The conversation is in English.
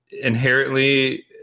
inherently